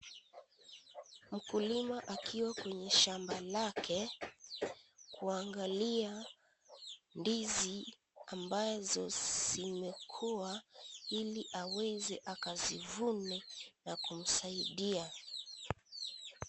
Mkulima akiwa kwenye shamba lake kuangalia ndizi ambazo zimekuwa hili aweze kazivune na kumsaidia.